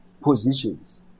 positions